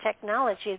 technology